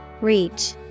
Reach